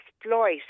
exploit